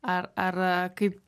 ar ar kaip